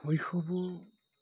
শৈশৱৰ